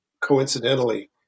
coincidentally